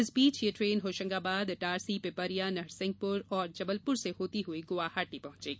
इस बीच यह ट्रेन होशंगाबाद इटारसी पिपरिया नरसिंहपुर जबलपुर से होती हुई गुवाहाटी पहुंचेगी